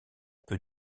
peu